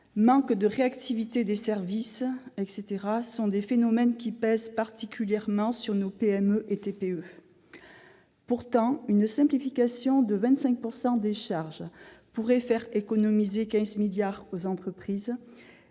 manque de réactivité des services sont des phénomènes qui pèsent particulièrement sur nos PME et nos TPE. Pourtant une simplification de 25 % des charges ferait économiser 15 milliards d'euros aux entreprises,